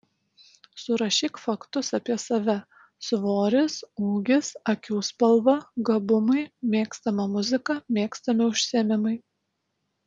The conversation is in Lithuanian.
surašyk faktus apie save svoris ūgis akių spalva gabumai mėgstama muzika mėgstami užsiėmimai